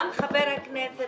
גם חבר הכנסת